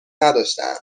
نداشتهاند